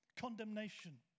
Condemnation